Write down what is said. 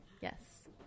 Yes